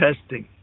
testing